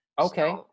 Okay